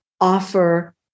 offer